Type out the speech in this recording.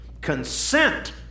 Consent